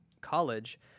college